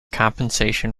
compensation